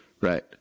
right